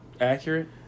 accurate